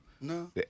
No